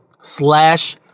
slash